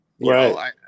Right